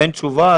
אין תשובה.